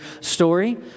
story